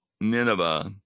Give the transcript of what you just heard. Nineveh